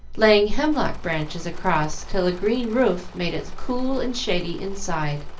laying hemlock branches across till a green roof made it cool and shady inside.